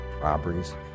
robberies